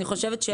אני חושבת.